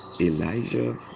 Elijah